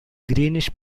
greenish